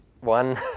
one